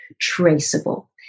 traceable